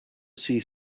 see